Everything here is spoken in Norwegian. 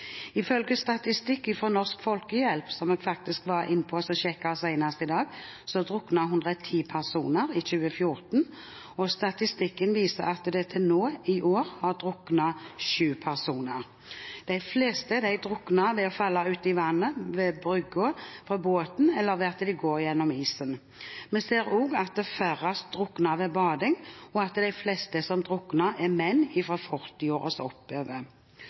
Ifølge statistikk fra Norsk Folkehjelp, som jeg sjekket senest i dag, druknet 110 personer i 2014, og statistikken viser at det til nå i år har druknet sju personer. De fleste drukner ved å falle ut i vannet ved brygga, fra båten eller ved at de går gjennom isen. Vi ser også at færrest drukner ved bading, og at de fleste som drukner, er menn fra 40 år